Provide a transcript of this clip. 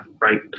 right